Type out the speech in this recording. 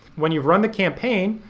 when you've run the campaign,